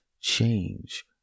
change